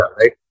Right